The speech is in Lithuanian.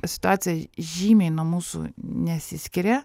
situacija žymiai nuo mūsų nesiskiria